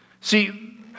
See